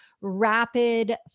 rapid